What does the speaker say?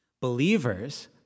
Believers